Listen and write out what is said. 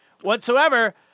whatsoever